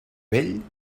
vell